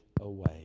away